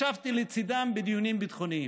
ישבתי לצידם בדיונים ביטחוניים.